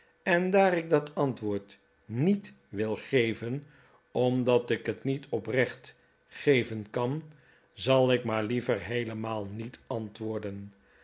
en daar ik dat antwoord niet wil geven omdat ik het niet oprecht geven kan zal ik maar liever heelemaal niet antwoorden